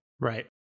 Right